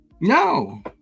No